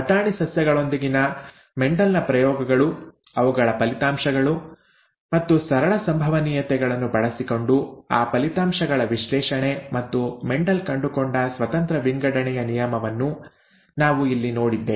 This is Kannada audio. ಬಟಾಣಿ ಸಸ್ಯಗಳೊಂದಿಗಿನ ಮೆಂಡೆಲ್ ನ ಪ್ರಯೋಗಗಳು ಅವುಗಳ ಫಲಿತಾಂಶಗಳು ಮತ್ತು ಸರಳ ಸಂಭವನೀಯತೆಗಳನ್ನು ಬಳಸಿಕೊಂಡು ಆ ಫಲಿತಾಂಶಗಳ ವಿಶ್ಲೇಷಣೆ ಮತ್ತು ಮೆಂಡೆಲ್ ಕಂಡುಕೊಂಡ ಸ್ವತಂತ್ರ ವಿಂಗಡಣೆಯ ನಿಯಮವನ್ನು ನಾವು ಇಲ್ಲಿ ನೋಡಿದ್ದೇವೆ